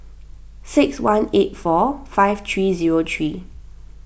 six one eight four five three zero three